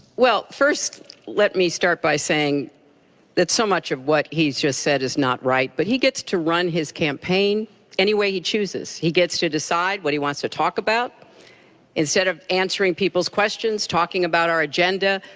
well, first let me start by saying that so much of what he just said is not right, but he gets to run his campaign any way he chooses. he gets to decide what he wants to talk about instead of answering people's questions, talking about our agenda,